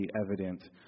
evident